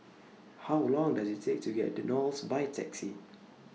How Long Does IT Take to get to Knolls By Taxi